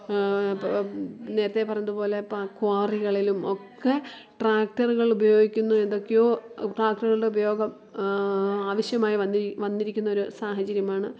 ഇപ്പോൾ നേരത്തെ പറഞ്ഞത് പോലെ പ ക്വാറികളിലും ഒക്കെ ട്രാക്ടറുകൾ ഉപയോഗിക്കുന്നു എന്തൊക്കെയോ ട്രാക്ടറുകളുടെ ഉപയോഗം ആവശ്യമായി വന്നിരി വന്നിരിക്കുന്നൊരു സാഹചര്യമാണ്